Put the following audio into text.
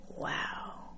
wow